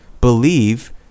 believe